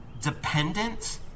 Dependent